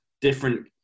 different